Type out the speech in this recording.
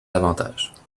avantages